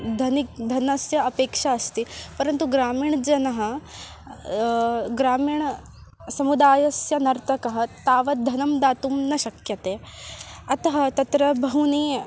धनिकः धनस्य अपेक्षा अस्ति परन्तु ग्रामीणजनाः ग्रामीणसमुदायस्य नर्तकः तावत् धनं दातुं न शक्यते अतः तत्र बह्व्यः